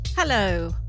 Hello